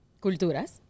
Culturas